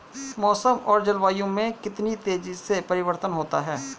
मौसम और जलवायु में कितनी तेजी से परिवर्तन होता है?